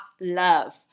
love